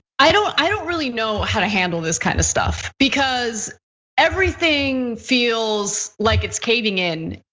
i don't i don't really know how to handle this kind of stuff, because everything feels like it's caving in.